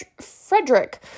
Frederick